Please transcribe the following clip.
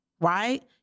right